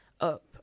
up